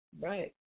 Right